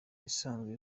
isanzwe